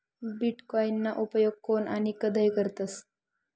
बीटकॉईनना उपेग कोन आणि कधय करतस